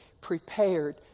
prepared